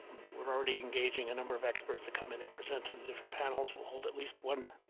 we're already engaging a number of experts to come in and present to the different panels. we'll hold at least one,